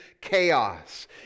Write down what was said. chaos